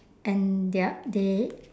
and their they